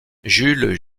jules